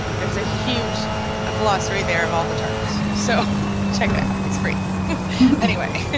there's a huge ah glossary there of all the terms, so check it out, it's free anyway.